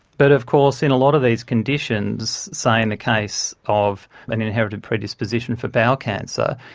but of course in a lot of these conditions, say in the case of an inherited predisposition for bowel cancer,